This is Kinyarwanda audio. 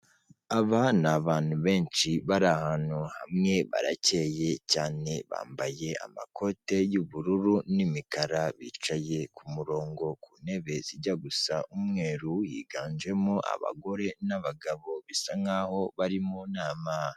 Aba ni abantu benshi bari ahantu hamwe barakeye cyane, bambaye amakote y'ubururu n'imikara, bicaye ku murongo ku ntebe zijya gusa umweru, higanjemo abagore n'abagabo bisa nk'aho bari mu nama.